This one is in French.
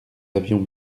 avions